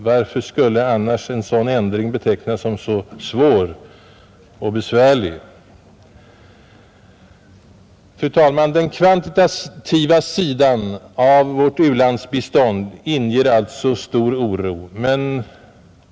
Varför skulle annars en sådan ändring betecknas som så svår? Fru talman! Den kvantitativa sidan av vårt u-landsbistånd inger alltså stor oro.